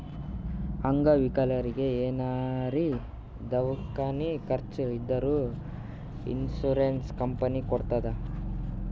ಅಂಗವಿಕಲರಿಗಿ ಏನಾರೇ ದವ್ಕಾನಿ ಖರ್ಚ್ ಇದ್ದೂರ್ ಇನ್ಸೂರೆನ್ಸ್ ಕಂಪನಿ ಕೊಡ್ತುದ್